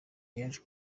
yaje